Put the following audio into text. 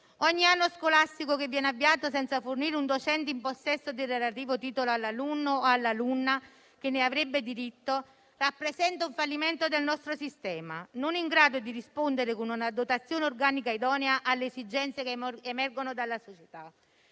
Ogni anno scolastico che viene avviato senza fornire un docente in possesso del relativo titolo all'alunno o all'alunna che ne avrebbe diritto rappresenta un fallimento del nostro sistema, non in grado di rispondere con una dotazione organica idonea alle esigenze che emergono dalla società.